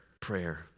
prayer